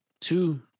Two